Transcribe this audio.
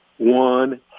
one